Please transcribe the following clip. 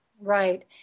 Right